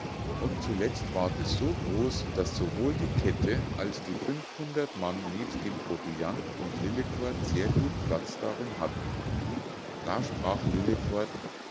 und zuletzt ward es so groß daß sowohl die kette als die fünfhundert mann nebst dem proviant und lillekort sehr gut platz darin hatten da sprach